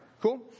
Cool